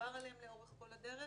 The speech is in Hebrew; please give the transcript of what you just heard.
שדובר עליהן לאורך כל הדרך.